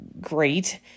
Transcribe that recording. great